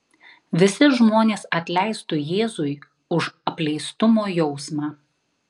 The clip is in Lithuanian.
visi žmonės atleistų jėzui už apleistumo jausmą